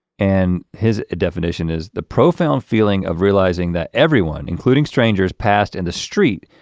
and his definition is, the profound feeling of realizing that everyone, including strangers passed in the street,